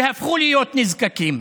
והפכו להיות נזקקים.